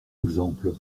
exemple